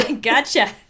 gotcha